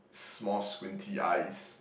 small squinty eyes